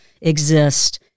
exist